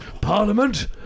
Parliament